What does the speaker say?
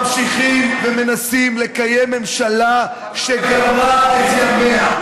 ממשיכים ומנסים לקיים ממשלה שגמרה את ימיה.